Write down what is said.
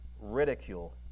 ridicule